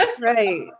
right